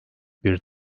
bir